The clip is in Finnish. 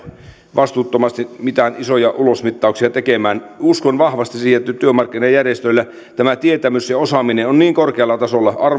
vastuuttomasti mitään isoja ulosmittauksia tekemään uskon vahvasti siihen että nyt työmarkkinajärjestöillä tämä tietämys ja osaaminen on niin korkealla tasolla